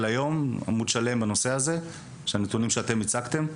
היום בנושא והוא נשען על הנתונים שהצגתם.